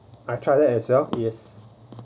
I tried there as well yes